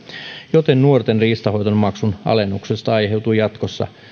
joten nuorten riistanhoitomaksun alennuksesta aiheutuu jatkossa